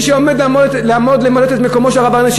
מי שעומד למלא את מקומם של הרבנים